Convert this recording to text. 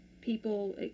people